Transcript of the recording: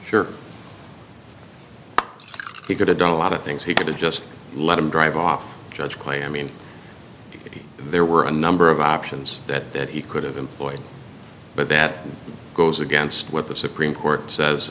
sure he could have done a lot of things he could have just let him drive off judge clamming dignity there were a number of options that that he could have employed but that goes against what the supreme court says